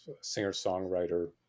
singer-songwriter